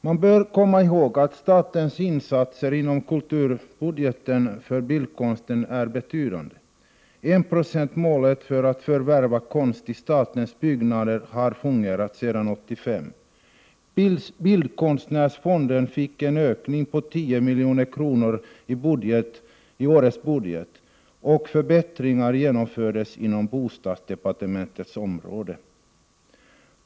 Man bör komma ihåg att statens insatser inom kulturbudgeten för bildkonsten är betydande. Enprocentsmålet när det gäller att förvärva konst till statens byggnader har fungerat sedan 1985. Bildkonstnärsfonden fick en ökning på 10 milj.kr. i årets budget, och förbättringar genomfördes inom bostadsdepartementets område.